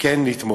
כן לתמוך.